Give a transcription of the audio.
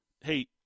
hey